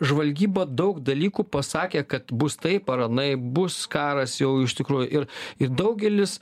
žvalgyba daug dalykų pasakė kad bus taip ar anaip bus karas jau iš tikrųjų ir ir daugelis